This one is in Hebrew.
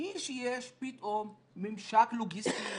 היא שיש פתאום ממשק לוגיסטי,